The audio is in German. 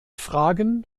fragen